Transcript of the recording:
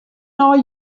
nei